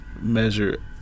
measure